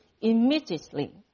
immediately